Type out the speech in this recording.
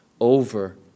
over